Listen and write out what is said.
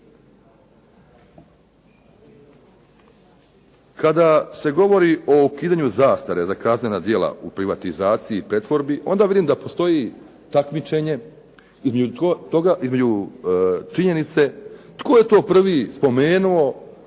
Kada se govori o ukidanju zastare za kaznena djela u pretvorbi i privatizaciji onda vidim da postoji takmičenje između činjenice tko je to prvi spomenuo